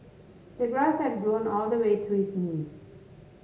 the grass had grown all the way to his knees